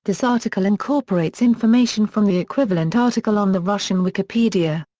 this article incorporates information from the equivalent article on the russian wikipedia.